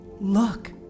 Look